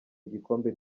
igikombe